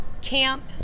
Camp